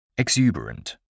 Exuberant